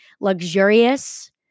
luxurious